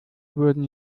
wurden